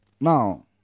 Now